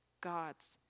God's